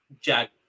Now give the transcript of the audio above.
Jack